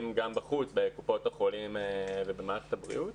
גם בחץ בקופות החולים ובמערכת הבריאות.